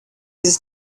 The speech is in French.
les